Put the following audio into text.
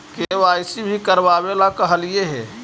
KYC भी करवावेला कहलिये हे?